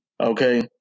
Okay